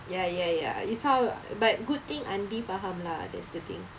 ya ya ya it's how but good thing Andy faham lah that's the thing